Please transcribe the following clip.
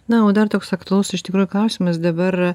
na o dar toks aktualus iš tikrųjų klausimas dabar